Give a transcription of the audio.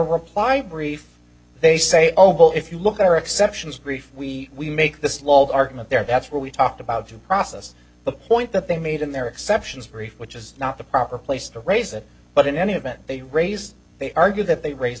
reply brief they say overall if you look at our exceptions brief we we make this law of argument there that's where we talked about due process the point that they made in their exceptions brief which is not the proper place to raise it but in any event they raise they argue that they raise